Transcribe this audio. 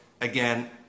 Again